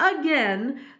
again